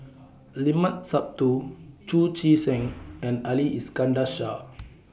The Limat Sabtu Chu Chee Seng and Ali Iskandar Shah